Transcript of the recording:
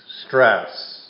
stress